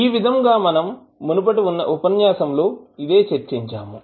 ఈ విధంగా మనం మునుపటి ఉపన్యాసంలో ఇదే చర్చించాము